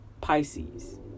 Pisces